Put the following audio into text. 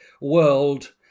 world